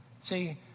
See